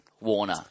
Warner